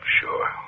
Sure